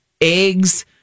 eggs